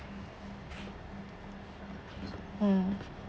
mm